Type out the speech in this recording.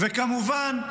וכמובן,